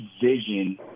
vision